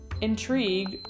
intrigued